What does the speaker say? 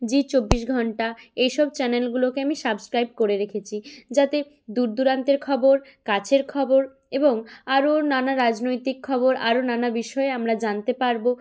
জি চব্বিশ ঘন্টা এইসব চ্যানেলগুলোকে আমি সাবস্ক্রাইব করে রেখেছি যাতে দূর দূরান্তের খবর কাছের খবর এবং আরও নানা রাজনৈতিক খবর আরও নানা বিষয়ে আমরা জানতে পারবো